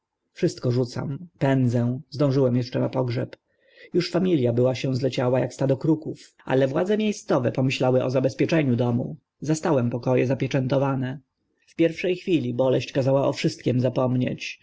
wszystko rzucam pędzę zdążyłem eszcze na pogrzeb już familia była się zleciała ak stado kruków ale władze mie scowe pomyślały o zabezpieczeniu domu zastałem poko e zapieczętowane w pierwsze chwili boleść kazała o wszystkim zapomnieć